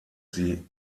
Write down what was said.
sie